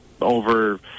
over